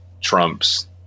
trumps